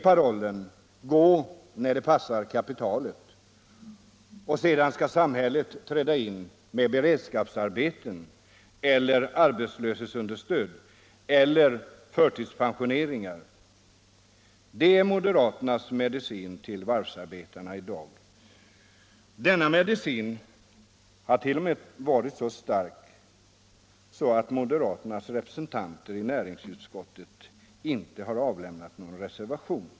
Parollen är: ”Gå när det passar kapitalet!” Sedan skall samhället träda in med beredskapsarbeten eller arbetslöshetsunderstöd eller förtidspensioneringar. Det är moderaternas medicin för varvsarbetarna i dag. Denna medicin har t.o.m. varit så stark att moderaternas representanter i näringsutskottet inte har avlämnat någon reservation.